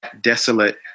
desolate